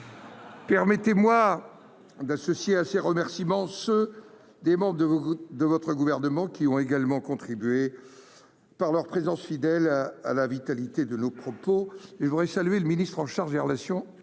Permettez-moi d'associer à ses remerciements, ceux des membres de beaucoup de votre gouvernement qui ont également contribué par leur présence, fidèle à la vitalité de nos propos. Je voudrais saluer le ministre en charge des relations